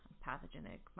Pathogenic